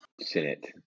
Senate